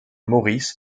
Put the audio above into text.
morris